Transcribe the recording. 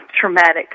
traumatic